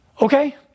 Okay